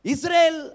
Israel